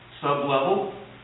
sublevel